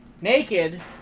naked